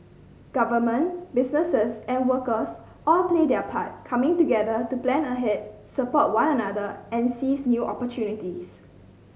government businesses and workers all play their part coming together to plan ahead support one another and seize new opportunities